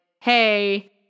hey